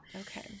Okay